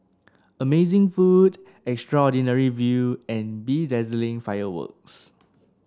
amazing food extraordinary view and bedazzling fireworks